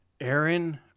Aaron